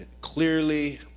clearly